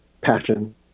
passion